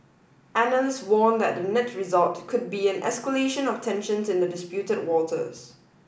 analysts warn that the net result could be an escalation of tensions in the disputed waters